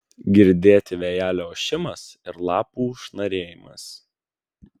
girdėti vėjelio ošimas ir lapų šnarėjimas